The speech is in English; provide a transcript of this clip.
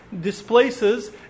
displaces